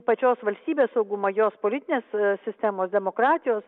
pačios valstybės saugumą jos politinės sistemos demokratijos